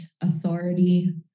authority